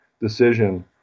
decision